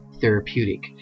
therapeutic